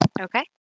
Okay